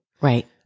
Right